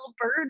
bird